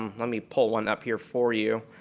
um let me pull one up here for you.